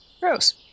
gross